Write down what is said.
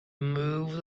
moved